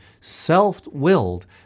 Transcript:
self-willed